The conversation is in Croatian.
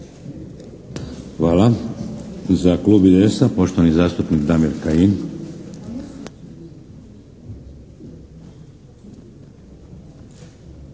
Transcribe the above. Hvala. Za klub IDS-a, poštovani zastupnik Damir Kajin.